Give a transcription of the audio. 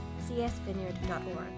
csvineyard.org